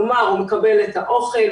כלומר אדם מקבל אוכל,